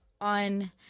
on